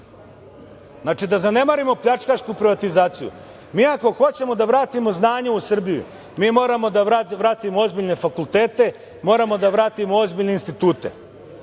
Znači da zanemarimo pljačkašku privatizaciju, mi ako hoćemo da vratimo znanje u Srbiju, mi moramo da vratimo ozbiljne fakultete, moramo da vratimo ozbiljne institute. Ima